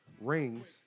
rings